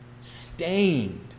stained